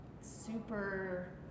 super